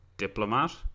diplomat